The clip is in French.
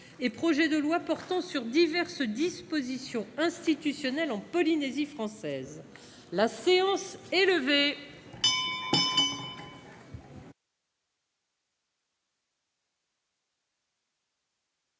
et projet de loi portant diverses dispositions institutionnelles en Polynésie française (procédure accélérée)